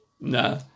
No